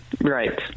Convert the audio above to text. Right